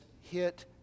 hit